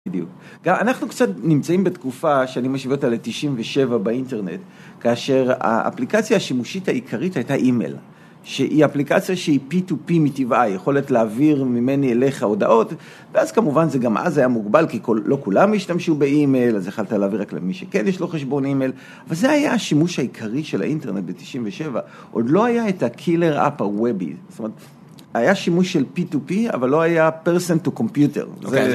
גם אנחנו קצת נמצאים בתקופה, שאני משווה אותה לתשעים ושבע באינטרנט, כאשר האפליקציה השימושית העיקרית הייתה אימייל, שהיא אפליקציה שהיא P2P מטבעה, היא יכולת להעביר ממני אליך הודעות, ואז כמובן זה גם אז היה מוגבל, כי לא כולם השתמשו באימייל, אז יכלת להעביר רק למי שכן יש לו חשבון אימייל, אבל זה היה השימוש העיקרי של האינטרנט בתשעים ושבע, עוד לא היה את ה-Killer App ה-Webby, זאת אומרת, היה שימוש של P2P, אבל לא היה person to computer.